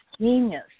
genius